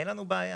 אין לנו בעיה.